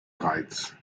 reiz